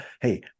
hey